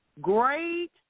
Great